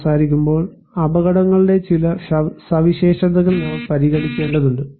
സംസാരിക്കുമ്പോൾ അപകടങ്ങളുടെ ചില സവിശേഷതകൾ നാം പരിഗണിക്കേണ്ടതുണ്ട്